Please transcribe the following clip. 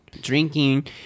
drinking